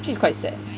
actually it's quite sad